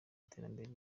iterambere